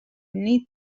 need